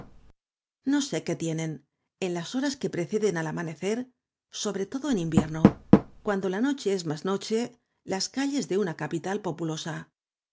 no sé qué tienen en las horas que preceden al amanecer sobre todo en invierno cuando la noche es más noche las calles de una capital populosa